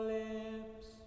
lips